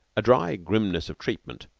a dry grimness of treatment,